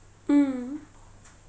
mm